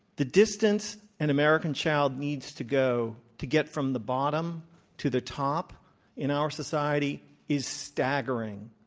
the distance an american child needs to go to get from the bottom to the top in our society is staggering.